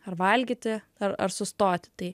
ar valgyti ar ar sustoti tai